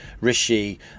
rishi